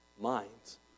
minds